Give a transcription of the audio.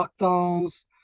lockdowns